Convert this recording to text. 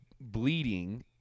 bleeding –